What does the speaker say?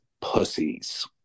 pussies